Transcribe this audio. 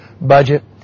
budget